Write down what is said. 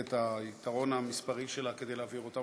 את היתרון המספרי שלה כדי להעביר אותם.